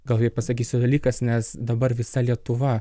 gal kaip pasakysiu dalykas nes dabar visa lietuva